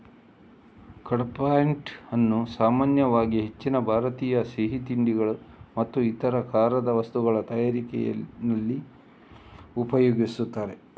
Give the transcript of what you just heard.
ಕಡ್ಪಾಹ್ನಟ್ ಅನ್ನು ಸಾಮಾನ್ಯವಾಗಿ ಹೆಚ್ಚಿನ ಭಾರತೀಯ ಸಿಹಿ ತಿಂಡಿಗಳು ಮತ್ತು ಇತರ ಖಾರದ ವಸ್ತುಗಳ ತಯಾರಿಕೆನಲ್ಲಿ ಉಪಯೋಗಿಸ್ತಾರೆ